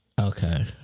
Okay